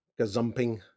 gazumping